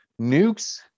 nukes